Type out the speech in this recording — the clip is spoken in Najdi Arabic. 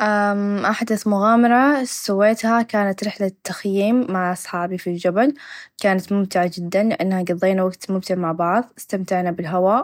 أممم أحدث مغامره سويتها كانت رحله تخيم مع أصحابي في الچبل كانت ممتعه چدا لإنها قدينا وقت ممتع مع بعض إستمتعنا بالهوا